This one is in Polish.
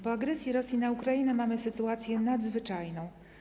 Po agresji Rosji na Ukrainę mamy sytuację nadzwyczajną.